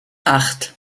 acht